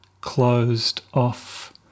closed-off